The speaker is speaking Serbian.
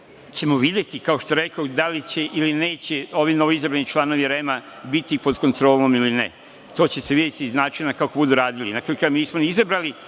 ćemo videti, kao što rekoh, da li će ili neće ovi novi izabrani članovi REM biti pod kontrolom ili ne. To će se videti iz načina kako budu radili. Na kraju krajeva, mi nismo ni izabrali